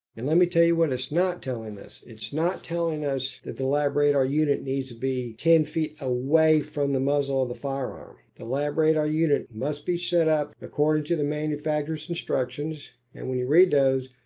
and let me tell you what it's not telling us. it's not telling us that the labradar unit needs to be ten feet away from the muzzle of the firearm. the labradar unit must be set up according to the manufacturer's instructions. and when you read those,